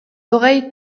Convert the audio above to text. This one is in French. oreilles